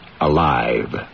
alive